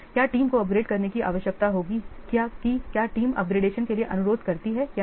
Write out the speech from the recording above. क्या टीम को अपग्रेड करने की आवश्यकता होगी कि क्या टीम अपग्रेडेशन के लिए अनुरोध करती है या नहीं